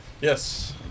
Yes